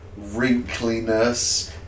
wrinkliness